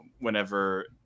whenever